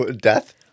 Death